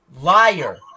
liar